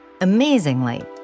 Amazingly